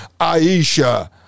Aisha